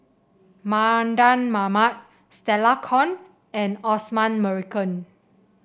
Mardan Mamat Stella Kon and Osman Merican